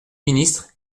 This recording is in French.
ministre